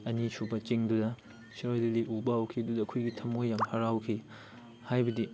ꯑꯅꯤ ꯁꯨꯕ ꯆꯤꯡꯗꯨꯗ ꯁꯤꯔꯣꯏ ꯂꯤꯂꯤ ꯎꯕ ꯍꯧꯈꯤ ꯑꯗꯨꯗ ꯊꯝꯃꯣꯏ ꯌꯥꯝ ꯍꯔꯥꯎꯈꯤ ꯍꯥꯏꯕꯗꯤ